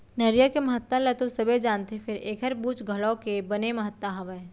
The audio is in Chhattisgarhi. नरियर के महत्ता ल तो सबे जानथें फेर एकर बूच घलौ के बने महत्ता हावय